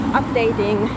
updating